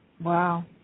Wow